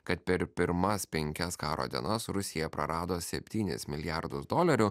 kad per pirmas penkias karo dienas rusija prarado septynis milijardus dolerių